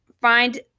find